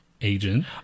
agent